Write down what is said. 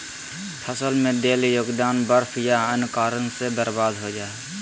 फसल में देल योगदान बर्फ या अन्य कारन से बर्बाद हो जा हइ